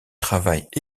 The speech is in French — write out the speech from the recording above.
travaillent